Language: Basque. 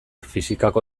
fisikako